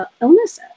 illnesses